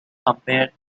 compare